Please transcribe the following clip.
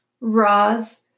Roz